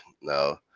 No